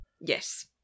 Yes